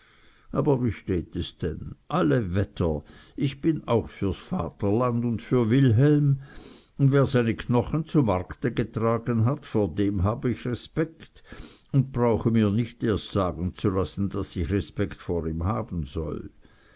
aber wie steht es denn alle wetter ich bin auch fürs vaterland und für wilhelm und wer seine knochen zu markte getragen hat vor dem hab ich respekt un brauche mir nich erst sagen zu lassen daß ich respekt vor ihm haben soll